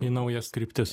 į naujas kryptis